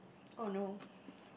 oh no